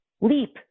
leap